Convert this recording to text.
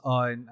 on